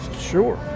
Sure